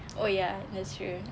oh ya that's true